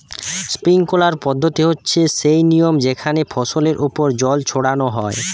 sprinkler পদ্ধতি হচ্ছে সেই নিয়ম যেখানে ফসলের ওপর জল ছড়ানো হয়